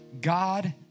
God